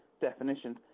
definitions